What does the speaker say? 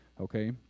okay